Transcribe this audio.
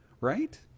right